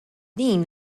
din